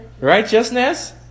Righteousness